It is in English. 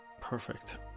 perfect